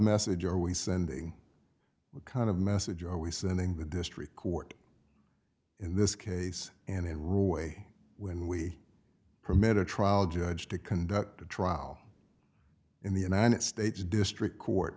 message are we sending what kind of message are we sending the district court in this case and in rule way when we permit a trial judge to conduct a trial in the united states district court